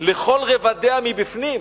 לכל רבדיה מבפנים.